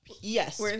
Yes